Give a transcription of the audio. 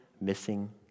missing